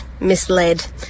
misled